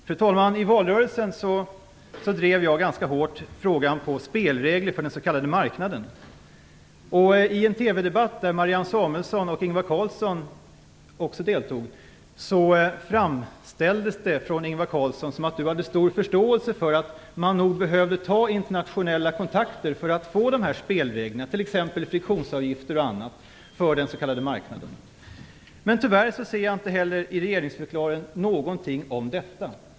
Fru talman! I valrörelsen drev jag ganska hårt frågan om spelregler för den s.k. marknaden. I en TV debatt, där Marianne Samuelsson och Ingvar Carlsson deltog, framställde Ingvar Carlsson det som om han hade stor förståelse för att man nog behövde ta internationella kontakter för att få dessa spelregler, t.ex. friktionsavgifter etc., för den s.k. marknaden. Men tyvärr ser jag i regeringsförklaringen inte någonting om detta.